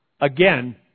again